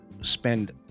spend